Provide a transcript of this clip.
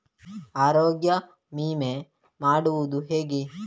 ಆರೋಗ್ಯ ವಿಮೆ ಮಾಡುವುದು ಹೇಗೆ?